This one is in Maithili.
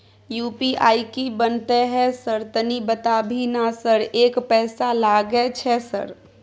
यु.पी.आई की बनते है सर तनी बता भी ना सर एक पैसा लागे छै सर?